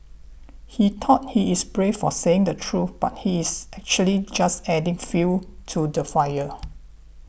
he thought he is brave for saying the truth but he is actually just adding fuel to the fire